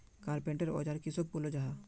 Carpenter औजार किसोक बोलो जाहा?